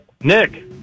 Nick